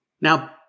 Now